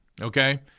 okay